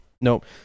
Nope